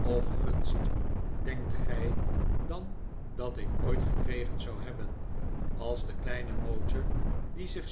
of gunst denkt gij dan dat ik ooi-t gekregen zou hebben als de kleine mowcher die